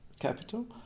capital